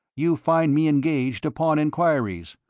you find me engaged upon enquiries,